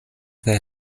their